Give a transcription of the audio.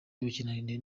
yubakiwe